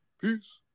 Peace